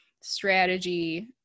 strategy